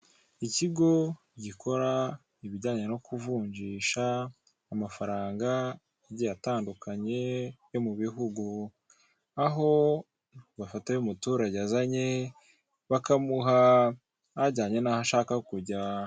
Ikigo gikora ibijyanye no kuvunjisha amafaranaga agiye atandukanye yo mubihugu, aho bafata ay'umuturage azanye bakamuha ajyanye n'aho ashaka kujya.